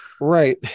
Right